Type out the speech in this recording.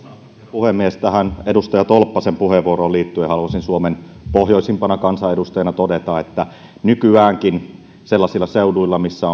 puhemies tähän edustaja tolppasen puheenvuoroon liittyen haluaisin suomen pohjoisimpana kansanedustajana todeta että nykyäänkin sellaisilla seuduilla missä